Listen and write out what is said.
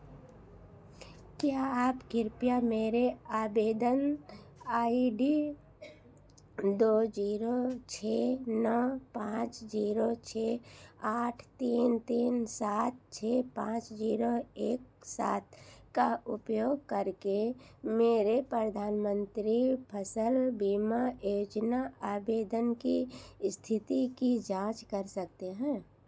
क्या आप कृपया मेरे आवेदन आई डी दो जीरो छः नौ पाँच जीरो छः आठ तीन तीन सात छः पाँच जीरो एक सात का उपयोग करके मेरे प्रधान मंत्री फसल बीमा योजना आवेदन की स्थिति की जाँच कर सकते हैं